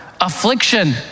Affliction